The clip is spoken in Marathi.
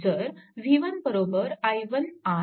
जर v1 i1 R आणि v2 i2 R